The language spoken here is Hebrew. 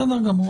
בסדר גמור.